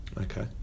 Okay